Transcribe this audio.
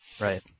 Right